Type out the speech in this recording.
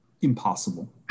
impossible